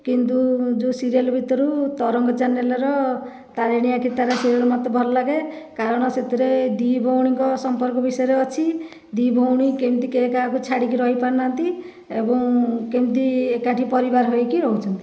କିନ୍ତୁ ଯେଉଁ ସିରିଏଲ ଭିତରୁ ତରଙ୍ଗ ଚ୍ୟାନେଲ୍ର ତାରିଣୀ ଆଖିର ତାରା ସିରିଏଲ ମୋତେ ଭଲଲାଗେ କାରଣ ସେଥିରେ ଦୁଇ ଭଉଣୀଙ୍କ ସମ୍ପର୍କ ବିଷୟରେ ଅଛି ଦୁଇ ଭଉଣୀ କେମିତି କେହି କାହାକୁ ଛାଡ଼ିକି ରହିପାରୁନାହାନ୍ତି ଏବଂ କେମିତି ଏକାଠି ପରିବାର ହୋଇକି ରହୁଛନ୍ତି